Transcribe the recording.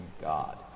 God